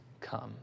come